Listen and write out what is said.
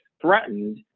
threatened